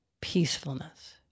peacefulness